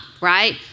right